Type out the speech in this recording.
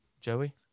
Joey